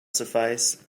suffice